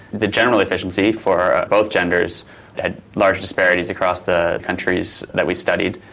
the general efficiency for both genders had large disparities across the countries that we studied.